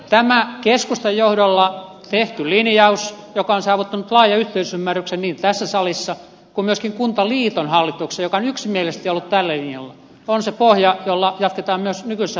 tämä keskustan johdolla tehty linjaus joka on saavuttanut laajan yhteisymmärryksen niin tässä salissa kuin myöskin kuntaliiton hallituksessa joka on yksimielisesti ollut tällä linjalla on se pohja jolla jatketaan myös nykyisessä hallitusohjelmassa